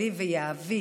אני שמה את כל-כולי ויהבי